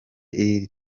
lil